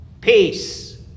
Peace